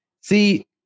see